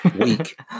weak